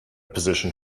position